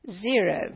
zero